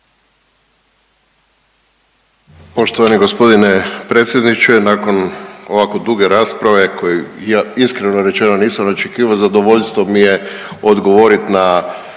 Poštovani g. predsjedniče, nakon ovako duge rasprava koju ja, iskreno rečeno, nisam očekivao, zadovoljstvo mi je odgovoriti na